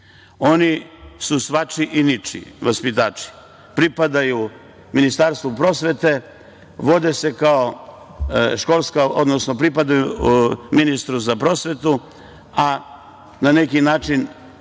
Oni su svačiji i ničiji, vaspitači. Pripadaju Ministarstvu prosvete, vode se kao školska, odnosno pripadaju ministru za prosvetu, a na neki način